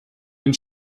den